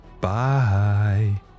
bye